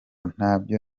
ntabyo